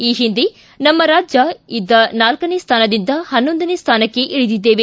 ಈ ಹಿಂದೆ ನಮ್ನ ರಾಜ್ಯ ಇದ್ದ ನಾಲ್ಲನೇ ಸ್ನಾನದಿಂದ ಹನ್ನೊಂದನೇ ಸ್ನಾನಕ್ಷೆ ಇಳಿದಿದ್ದೇವೆ